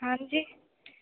हाँ जी